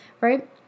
right